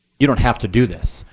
you don't have to do this.